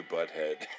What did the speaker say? Butthead